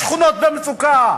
בשכונות במצוקה,